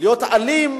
אלים